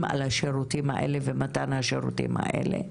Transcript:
על נותני השירותים האלה ועל מתן השירותים האלה.